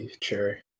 cherry